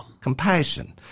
Compassion